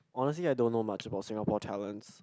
honestly I don't know much about Singapore talents